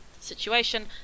situation